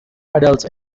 adults